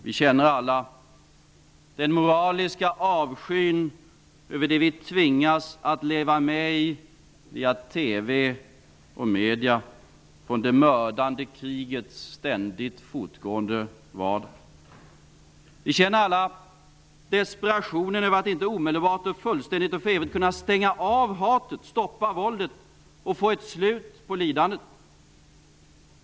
Vi känner alla den moraliska avskyn över det vi tvingas leva med i via TV och medierna från det mördande krigets ständigt fortgående vardag. Vi känner alla desperation över att inte omedelbart, fullständigt och för evigt kunna stänga av hatet, stoppa våldet och få ett slut på lidandet.